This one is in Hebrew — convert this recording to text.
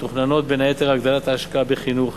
מתוכננות בין היתר הגדלת ההשקעה בחינוך